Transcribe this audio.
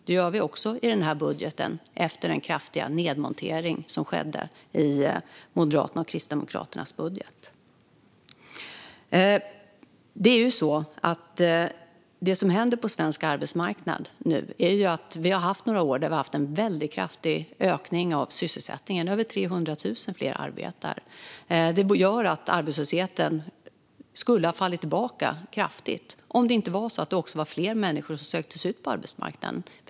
Det gör vi också i den här budgeten, efter den kraftiga nedmontering som skedde i Moderaternas och Kristdemokraternas budget. Det som nu händer på svensk arbetsmarknad är att vi har haft några år med en väldigt kraftig ökning av sysselsättningen. Över 300 000 fler arbetar. Det gör att arbetslösheten skulle ha fallit tillbaka kraftigt om det inte också var så att fler människor söker sig ut på arbetsmarknaden.